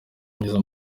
myiza